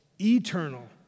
eternal